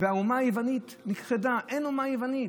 והאומה היוונית נכחדה, אין אומה יוונית.